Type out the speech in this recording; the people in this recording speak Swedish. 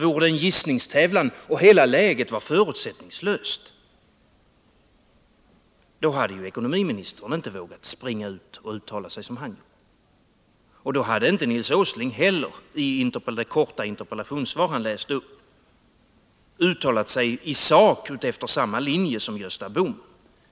Vore det en sådan och hela läget var förutsättningslöst, då hade ekonomiministern inte vågat uttala sig som han gjorde och då hade inte Nils Åsling heller i det korta interpellationssvar han läste upp uttalat sig i sak utefter samma linje som Gösta Bohman.